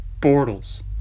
Bortles